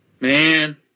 Man